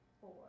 four